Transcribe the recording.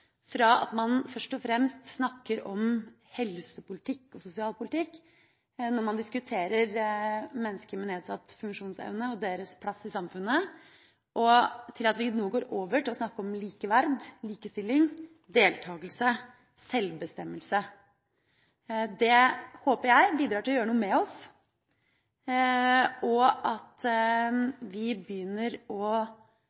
fra å snakke om helsepolitikk og sosialpolitikk når man diskuterer mennesker med nedsatt funksjonsevne og deres plass i samfunnet, til at vi nå går over til å snakke om likeverd, likestilling, deltakelse og selvbestemmelse. Det håper jeg bidrar til å gjøre noe med oss, og at